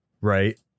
Right